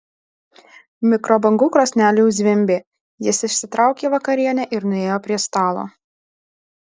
mikrobangų krosnelė jau zvimbė jis išsitraukė vakarienę ir nuėjo prie stalo